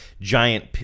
giant